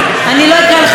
אני לא אקרא לך יעקב,